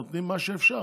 נותנים מה שאפשר.